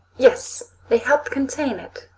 yes. they helped contain it,